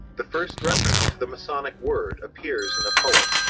the first reference to the masonic word appears in a poem,